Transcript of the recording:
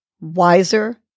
wiser